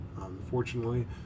Unfortunately